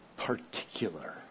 Particular